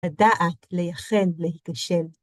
לדעת ליחל להיכשל.